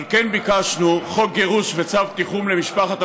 על כן, ביקשנו חוק גירוש וצו תיחום למשפחת המחבל.